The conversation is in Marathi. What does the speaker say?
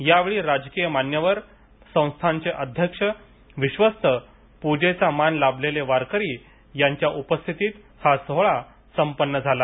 यावेळी राजकीय मान्यवर संस्थानचे अध्यक्ष विश्वस्त पूजेचा मान लाभलेले वारकरी यांच्या उपस्थितीत हा सोहळा संपन्न झाला